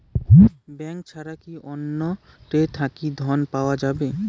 Bank ছাড়া কি অন্য টে থাকি ঋণ পাওয়া যাবে?